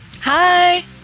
Hi